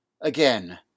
Again